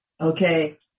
okay